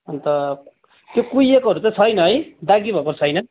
अन्त त्यो कुहिएकोहरू चाहिँ छैन है दागी भएको छैन